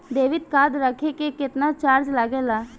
Debit card रखे के केतना चार्ज लगेला?